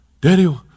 daddy